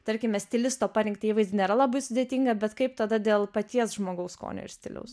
tarkime stilisto parinktą įvaizdį nėra labai sudėtinga bet kaip tada dėl paties žmogaus skonio ir stiliaus